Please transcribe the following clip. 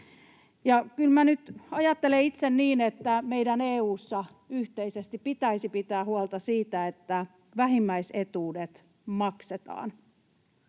ajattelen itse niin, että EU:ssa meidän yhteisesti pitäisi pitää huolta siitä, että vähimmäisetuudet maksetaan.